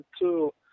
two